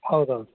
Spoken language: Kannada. ಹೌದೌದು